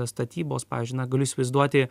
statybos pavyzdžiui na galiu įsivaizduoti